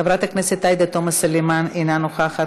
חברת הכנסת עאידה תומא סלימאן, אינה נוכחת.